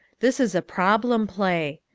this is a problem play.